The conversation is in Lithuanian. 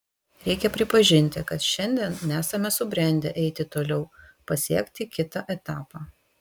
reikia pripažinti kad šiandien nesame subrendę eiti toliau pasiekti kitą etapą